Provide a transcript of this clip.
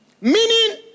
Meaning